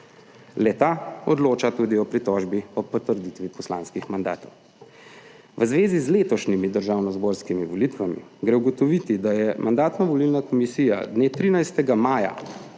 le-ta odloča tudi o pritožbi o potrditvi poslanskih mandatov. V zvezi z letošnjimi državnozborskimi volitvami gre ugotoviti, da je Mandatno-volilna komisija dne 13. maja